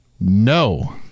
no